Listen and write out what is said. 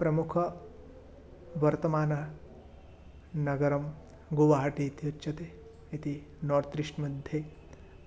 प्रमुखं वर्तमाननगरं गुवहाटि इत्युच्यते इति नार्त्रिष्ट् मध्ये